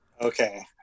okay